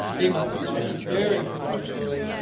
he must have lost his bearings, mr. jeorling,